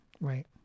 Right